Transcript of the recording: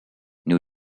new